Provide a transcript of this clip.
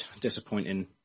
disappointing